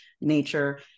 nature